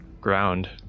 ground